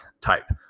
type